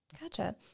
Gotcha